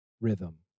rhythm